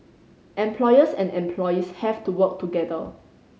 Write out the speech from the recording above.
employers and employees have to work together